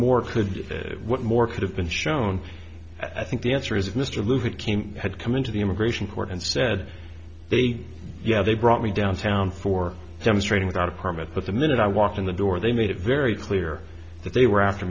more could what more could have been shown i think the answer is if mr livid team had come into the immigration court and said they'd yeah they brought me downtown for demonstrating without a permit but the minute i walked in the door they made it very clear that they were after